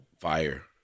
Fire